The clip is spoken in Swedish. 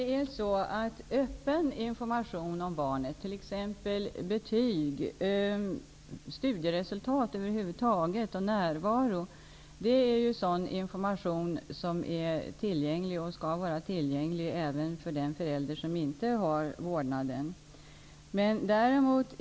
Fru talman! Öppen information om barnet, t.ex. om betyg, studieresultat över huvud taget och närvaro är sådan information som är och skall vara tillgänglig även för den förälder som inte har vårdnaden.